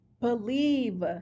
Believe